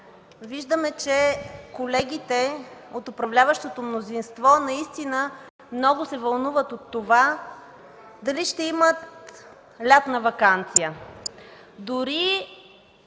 виждаме, че колегите от управляващото мнозинство наистина много се вълнуват от това дали ще имат лятна ваканция.